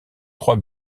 trois